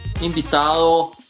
invitado